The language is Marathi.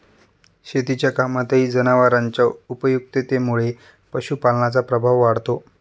शेतीच्या कामातही जनावरांच्या उपयुक्ततेमुळे पशुपालनाचा प्रभाव वाढतो